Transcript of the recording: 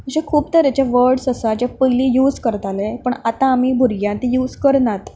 अशे खूब तरेचे वड्स आसा जे पयलीं यूज करताले पण आतां आमी भुरग्यां तीं यूज करनात